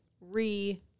re-